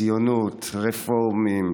ציונות, רפורמים,